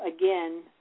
again